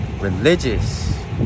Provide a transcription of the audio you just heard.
Religious